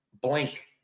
blank